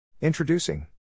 Introducing